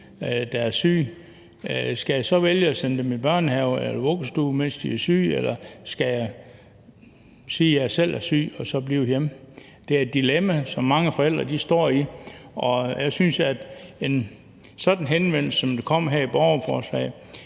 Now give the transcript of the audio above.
der er syg? Skal jeg så vælge at sende dem i børnehave eller vuggestue, mens de er syge, eller skal jeg sige, at jeg selv er syg, og så blive hjemme? Det er et dilemma, som mange forældre står i. Jeg synes, at en sådan henvendelse, som kommer her i borgerforslaget,